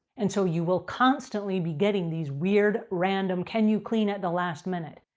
and so, you will constantly be getting these weird random can you clean at the last minute?